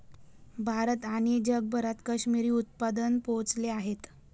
भारत आणि जगभरात काश्मिरी उत्पादन पोहोचले आहेत